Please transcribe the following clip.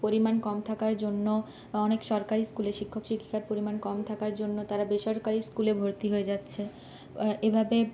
পরিমাণ কম থাকার জন্য অনেক সরকারি স্কুলে শিক্ষক শিক্ষিকার পরিমাণ কম থাকার জন্য তারা বেসরকারি স্কুলে ভর্তি হয়ে যাচ্ছে এভাবে